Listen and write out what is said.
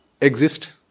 exist